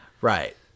Right